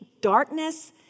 darkness